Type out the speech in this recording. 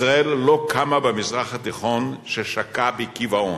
ישראל לא קמה במזרח התיכון ששקע בקיבעון,